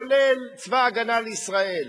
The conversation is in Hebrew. כולל צבא-הגנה לישראל,